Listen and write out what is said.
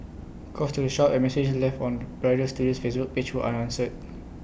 calls to the shop and messages left on bridal studio's Facebook page were unanswered